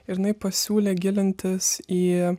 ir jinai pasiūlė gilintis į